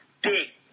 big